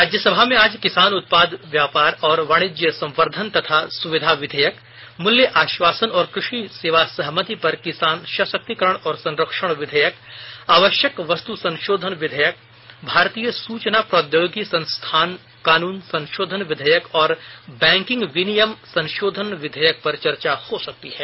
राज्यसभा में आज किसान उत्पाद व्यापार और वाणिज्य संवर्धन तथा सुविधा विधेयक मूल्य आश्वासन और कृषि सेवा सहमति पर किसान सशक्तिकरण और संरक्षण विधेयक आवश्यक वस्तु संशोधन विधेयक भारतीय सूचना प्रौद्योगिकी संस्थान कानून संशोधन विधेयक और बैंकिंग विनियम संशोधन विधेयक पर चर्चा हो सकती है